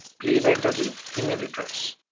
please enter the email address.